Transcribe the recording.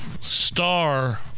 star